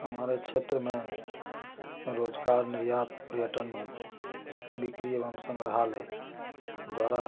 हमारा क्षेत्र में रोज़गार निर्यात पर्यटन बिक्री एवं संग्रहालय द्वारा